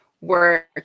work